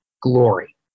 glory